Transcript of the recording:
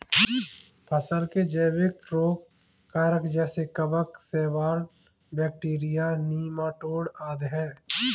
फसल के जैविक रोग कारक जैसे कवक, शैवाल, बैक्टीरिया, नीमाटोड आदि है